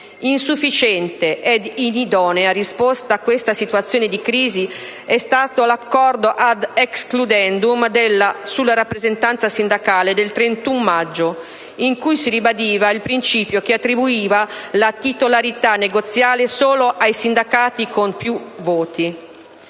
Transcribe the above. Insufficiente ed inidonea risposta a questa situazione di crisi è stato l'accordo *ad* *excludendum* sulla rappresentanza sindacale del 31 maggio, in cui si ribadiva il principio che attribuiva la titolarità negoziale solo ai sindacati con più voti.